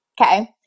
okay